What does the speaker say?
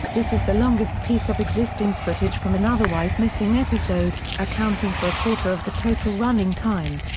this is the longest piece of existing footage from an otherwise missing episode, accounting for a quarter of the total running time.